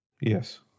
Yes